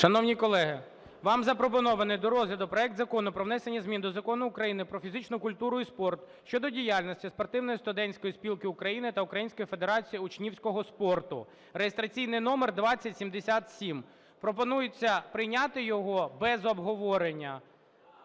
Шановні колеги, вам запропонований до розгляду проект Закону про внесення змін до Закону України "Про фізичну культуру і спорт" (щодо діяльності Спортивної студентської спілки України та Української федерації учнівського спорту) (реєстраційний номер 2077). Пропонується прийняти його без обговорення.